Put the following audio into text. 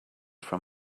from